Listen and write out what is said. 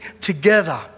together